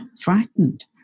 frightened